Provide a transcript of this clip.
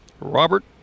Robert